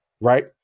right